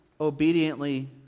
obediently